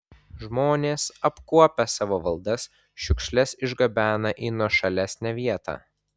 žmonės apkuopę savo valdas šiukšles išgabena į nuošalesnę vietą